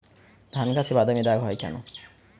ধানগাছে বাদামী দাগ হয় কেন?